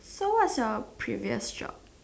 then what's your previous job